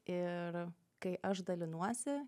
ir kai aš dalinuosi